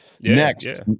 next